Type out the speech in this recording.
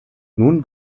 nun